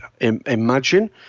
imagine